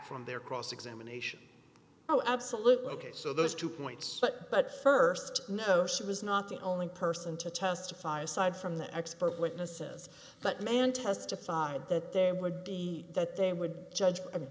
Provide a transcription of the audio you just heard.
from their cross examination oh absolutely ok so there's two points but first no she was not the only person to testify aside from the expert witnesses but man testified that there would be that they would judge